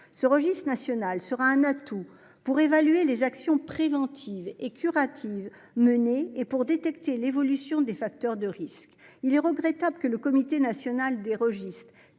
Ce registre national sera un atout pour évaluer les actions préventives et curatives menées et pour détecter l'évolution des facteurs de risque. Il est regrettable que le Comité national des registres